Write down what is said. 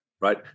Right